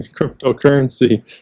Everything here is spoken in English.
cryptocurrency